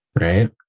right